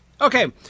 Okay